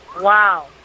wow